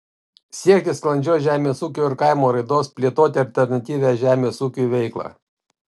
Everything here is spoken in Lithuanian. siekti sklandžios žemės ūkio ir kaimo raidos plėtoti alternatyvią žemės ūkiui veiklą